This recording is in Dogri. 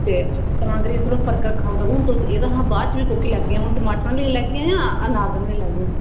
तां करी असें थोह्ड़ा फर्क रक्खे दा होंदा हून तुस एह्दे शा बाहर बी कोह्की लैगियां हून टमाटरा आहली लैगियां जां अनार दाना आहली लैगियां